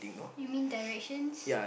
you mean directions